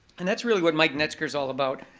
and that's really what mike knetzger's all about.